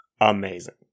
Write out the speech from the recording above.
amazing